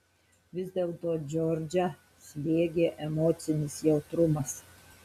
vis dėlto džordžą slėgė emocinis jautrumas